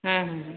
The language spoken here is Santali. ᱦᱮᱸ ᱦᱮᱸ